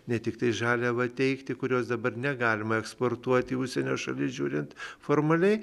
ne tiktai žaliavą teikti kurios dabar negalima eksportuoti į užsienio šalis žiūrint formaliai